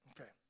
Okay